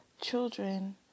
Children